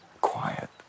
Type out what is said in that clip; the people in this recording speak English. quiet